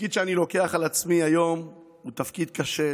התפקיד שאני לוקח על עצמי היום הוא תפקיד קשה,